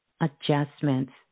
adjustments